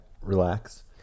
relax